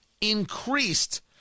increased